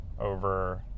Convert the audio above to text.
over